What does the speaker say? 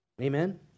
Amen